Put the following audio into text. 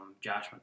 Josh